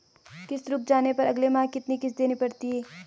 किश्त रुक जाने पर अगले माह कितनी किश्त देनी पड़ेगी?